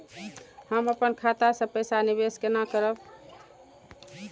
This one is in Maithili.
हम अपन खाता से पैसा निवेश केना करब?